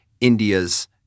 India's